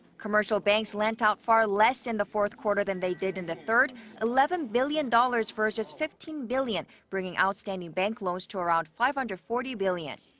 commercial banks lent out far less in the fourth quarter than they did in the third eleven billion dollars versus fifteen billion. bringing outstanding bank loans to around five hundred and forty billion.